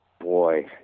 boy